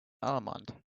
almond